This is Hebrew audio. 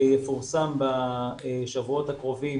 יפורסם בשבועות הקרובים